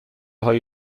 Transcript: های